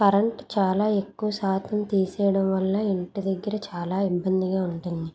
current చాలా ఎక్కువ శాతం తీసేయడం వల్ల ఇంటిదగ్గర చాలా ఇబ్బందిగా ఉంటుంది